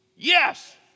Yes